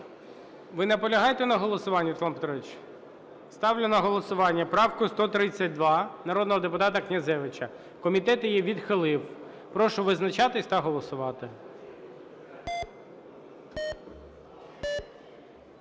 Ви наполягаєте на голосуванні, Руслан Петрович? Ставлю на голосування правку 132 народного депутата Князевича. Комітет її відхилив. Прошу визначатись та голосувати.